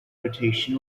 notation